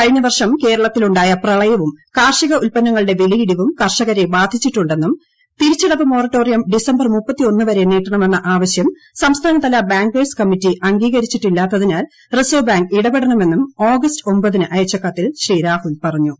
കഴിഞ്ഞ വർഷം കേരളത്തിലുണ്ടായ പ്രളയവും കാർഷിക ഉൽപ്പന്നങ്ങളുടെ വിലയിടിവും കർഷക്ക്രര ബാധിച്ചിട്ടുണ്ടെന്നും തിരിച്ചടവ് മോറട്ടോറിയം ഡിസംബ്ലി്ട്ട് ട്ടി വരെ നീട്ടണമെന്ന ആവശ്യം കമ്മിറ്റി അംഗീകരിച്ചിട്ടില്ലാത്തിനാൽ റ്റ്സ്സർവ് ബാങ്ക് ഇടപെടണമെന്നും ആഗസറ്റ് ഒമ്പതിന് അയച്ച കത്തീൽ ശ്രീ രാഹുൽ പറഞ്ഞു